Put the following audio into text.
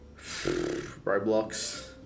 Roblox